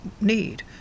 need